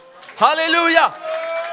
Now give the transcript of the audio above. Hallelujah